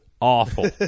awful